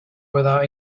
without